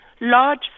large